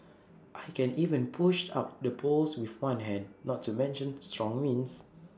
I can even push out the poles with one hand not to mention strong winds